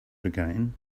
again